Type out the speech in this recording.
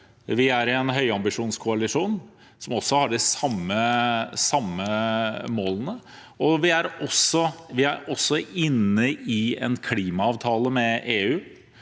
Vi er i en høyambisjonskoalisjon som har de samme målene, og vi er også inne i en klimaavtale med EU.